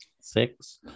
Six